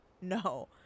no